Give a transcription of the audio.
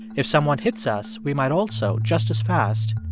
if someone hits us, we might also, just as fast,